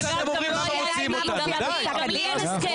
גם לי אין הסכם.